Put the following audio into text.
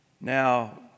Now